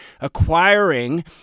acquiring